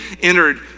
entered